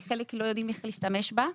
אבל חלק לא יודעים איך להשתמש בה.